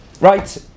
Right